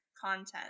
content